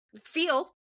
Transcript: feel